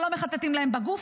לא מחטטים להם בגוף,